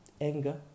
Anger